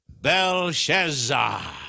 Belshazzar